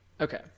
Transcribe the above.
Okay